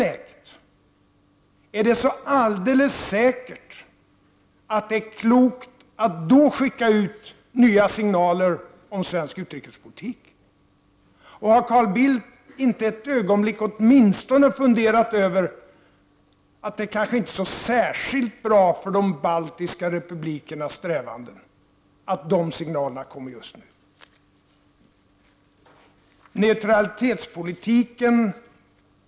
Är det så alldeles säkert att det i det läget är klokt att skicka ut nya signaler om svensk utrikespolitik? Har Carl Bildt inte ett ögonblick åtminstone funderat över att det kanske inte är så särskilt bra för de baltiska republikernas strävanden att dessa signaler kommer just nu?